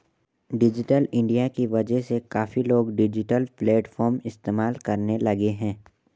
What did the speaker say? digital India की वजह से काफी लोग डिजिटल प्लेटफ़ॉर्म इस्तेमाल करने लगे हैं